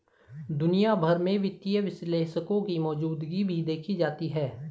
दुनिया भर में वित्तीय विश्लेषकों की मौजूदगी भी देखी जाती है